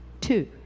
Two